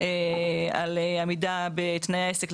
על עמידה בתנאי העסק,